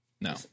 No